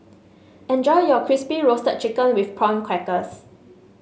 enjoy your Crispy Roasted Chicken with Prawn Crackers